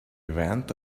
event